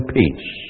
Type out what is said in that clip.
peace